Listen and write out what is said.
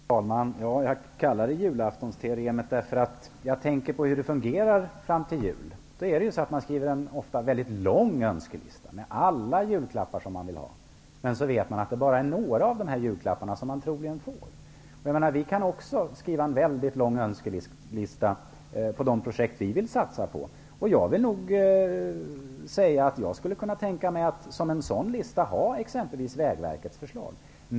Fru talman! Jag kallar det julaftonsteoremet därför att jag tänker på hur det fungerar fram till jul. Man skriver ofta en väldigt lång önskelista med alla julklappar man vill ha, men man vet att man troligen bara får några av dessa julklappar. Vi moderater kan också skriva en väldigt lång önskelista på de projekt vi vill satsa på. Jag skulle kunna tänka mig att som en sådan lista ha exempelvis Vägverkets lista på förslag.